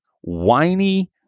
whiny